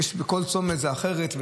בכל צומת זה אחרת.